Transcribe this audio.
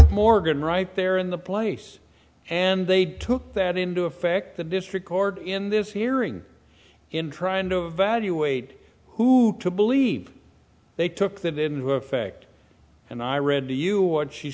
morgan right there in the place and they took that into effect the district court in this hearing in trying to evaluate who to believe they took that in effect and i read to you what she